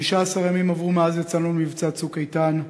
15 ימים עברו מאז יצאנו למבצע "צוק איתן",